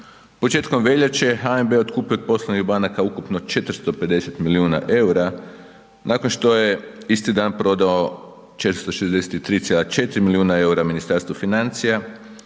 Početkom veljače HNB je otkupio od poslovnih banaka ukupno 450 milijuna EUR-a nakon što je isti dan prodao 463,4 milijuna EUR-a Ministarstvu financija